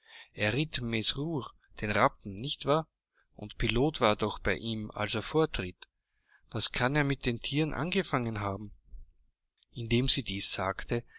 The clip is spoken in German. er ritt mesrour den rappen nicht wahr und pilot war doch bei ihm als er fortritt was kann er mit den tieren angefangen haben indem sie dies sagte